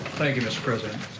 thank you, mr. president.